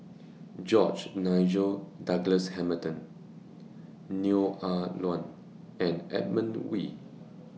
George Nigel Douglas Hamilton Neo Ah Luan and Edmund Wee